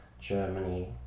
Germany